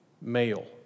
male